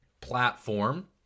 platform